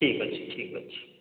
ଠିକ୍ ଅଛି ଠିକ୍ ଅଛି